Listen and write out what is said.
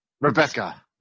Rebecca